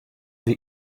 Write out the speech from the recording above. wie